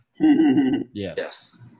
Yes